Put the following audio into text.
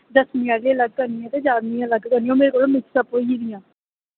दसमीं आह्लियां अलग करनियां ते ग्यारहमीं आह्लियां अलग करनियां ओह् मिक्सअप होई गेदियां